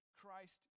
Christ